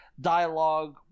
dialogue